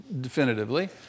definitively